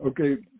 Okay